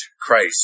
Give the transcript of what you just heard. Christ